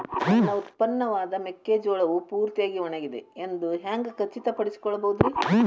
ನನ್ನ ಉತ್ಪನ್ನವಾದ ಮೆಕ್ಕೆಜೋಳವು ಪೂರ್ತಿಯಾಗಿ ಒಣಗಿದೆ ಎಂದು ಹ್ಯಾಂಗ ಖಚಿತ ಪಡಿಸಿಕೊಳ್ಳಬಹುದರೇ?